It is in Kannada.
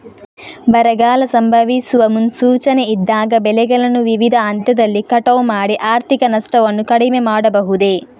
ಬರಗಾಲ ಸಂಭವಿಸುವ ಮುನ್ಸೂಚನೆ ಇದ್ದಾಗ ಬೆಳೆಗಳನ್ನು ವಿವಿಧ ಹಂತದಲ್ಲಿ ಕಟಾವು ಮಾಡಿ ಆರ್ಥಿಕ ನಷ್ಟವನ್ನು ಕಡಿಮೆ ಮಾಡಬಹುದೇ?